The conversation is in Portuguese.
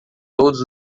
todos